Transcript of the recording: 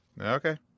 Okay